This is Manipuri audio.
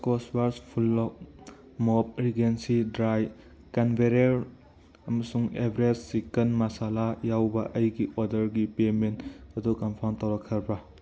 ꯏꯁꯀꯣꯁ ꯕ꯭ꯂꯥꯁ ꯐꯨꯜꯂꯣꯛ ꯃꯣꯞ ꯔꯤꯒꯦꯟꯁꯤ ꯗ꯭ꯔꯥꯏ ꯀ꯭ꯔꯦꯟꯕꯦꯔꯤꯔ ꯑꯃꯁꯨꯡ ꯑꯦꯕꯔꯦꯁ ꯆꯤꯛꯀꯟ ꯃꯁꯥꯂꯥ ꯌꯥꯎꯕ ꯑꯩꯒꯤ ꯑꯣꯔꯗꯔꯒꯤ ꯄꯦꯃꯦꯟ ꯑꯗꯨ ꯀꯟꯐꯥꯝ ꯇꯧꯔꯛꯈꯔꯕ꯭ꯔ